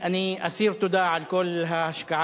אני אסיר תודה על כל ההשקעה,